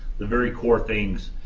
the very core things.